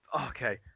okay